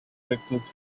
reckless